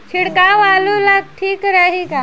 छिड़काव आलू ला ठीक रही का?